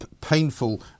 painful